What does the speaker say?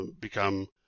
become